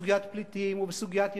בסוגיית הפליטים, בסוגיית ירושלים,